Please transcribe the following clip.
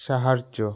সাহায্য